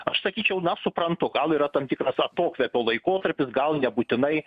aš sakyčiau na suprantu gal yra tam tikras atokvėpio laikotarpis gal nebūtinai